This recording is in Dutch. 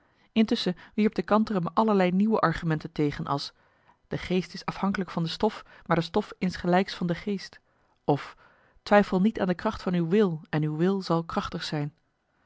intusschen wierp de kantere me allerlei nieuwe argumenten tegen als de geest is afhankelijk van de stof maar de stof insgelijks van de geest of twijfel marcellus emants een nagelaten bekentenis niet aan de kracht van uw wil en uw wil zal krachtig zijn